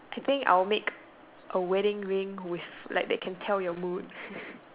I think I'll make a wedding ring with like that can tell your mood